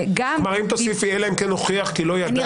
אם תוסיפי "אלא אם כן הוכיח כי לא ידע".